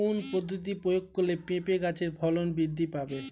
কোন পদ্ধতি প্রয়োগ করলে পেঁপে গাছের ফলন বৃদ্ধি পাবে?